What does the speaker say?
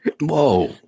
whoa